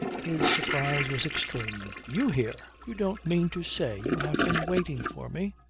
his surprise was extreme. you here! you don't mean to say you have been waiting for me?